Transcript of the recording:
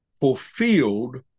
fulfilled